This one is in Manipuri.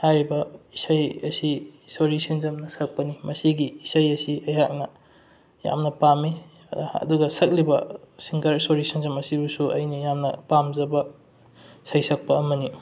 ꯍꯥꯏꯔꯤꯕ ꯏꯁꯩ ꯑꯁꯤ ꯁꯣꯔꯤ ꯁꯦꯟꯖꯝꯅ ꯁꯛꯄꯅꯤ ꯃꯁꯤꯒꯤ ꯏꯁꯩ ꯑꯁꯤ ꯑꯩꯍꯥꯛꯅ ꯌꯥꯝꯅ ꯄꯥꯝꯃꯤ ꯑꯗꯨꯒ ꯁꯛꯂꯤꯕ ꯁꯤꯡꯒꯔ ꯁꯣꯔꯤ ꯁꯦꯟꯖꯝ ꯑꯁꯤꯕꯨꯁꯨ ꯑꯩꯅ ꯌꯥꯝꯅ ꯄꯥꯝꯖꯕ ꯁꯩꯁꯛꯄ ꯑꯃꯅꯤ